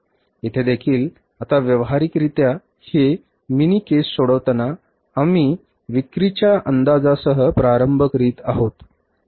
येथे देखील आता व्यावहारिकरित्या हे मिनी केस सोडवताना आम्ही विक्रीच्या अंदाजासह प्रारंभ करीत आहोत